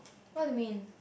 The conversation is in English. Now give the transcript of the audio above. what do you mean